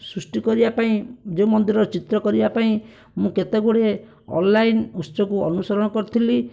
ସୃଷ୍ଟି କରିବା ପାଇଁ ଯେଉଁ ମନ୍ଦିର ଚିତ୍ର କରିବା ପାଇଁ ମୁଁ କେତେ ଗୁଡ଼ିଏ ଅନ୍ଲାଇନ୍ ଉତ୍ସକୁ ଅନୁସରଣ କରିଥିଲି